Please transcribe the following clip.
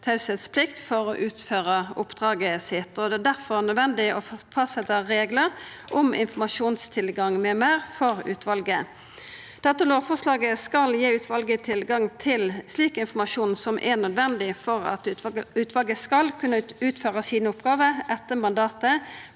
teieplikt, for å utføra oppdraget sitt. Det er difor nødvendig å fastsetja reglar om informasjonstilgang m.m. for utvalet. Dette lovforslaget skal gi utvalet tilgang til informasjon som er nødvendig for at utvalet skal kunna utføra sine oppgåver etter mandatet